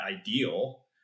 ideal